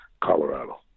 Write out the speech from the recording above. Colorado